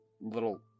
little